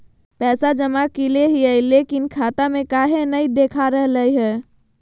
पैसा जमा कैले हिअई, लेकिन खाता में काहे नई देखा रहले हई?